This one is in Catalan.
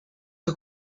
que